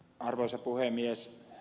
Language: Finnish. arvoisa puhemies